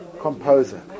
composer